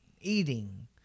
Eating